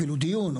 אפילו דיון,